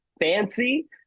Fancy